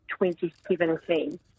2017